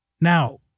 Now